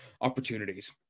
opportunities